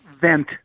vent